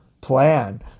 plan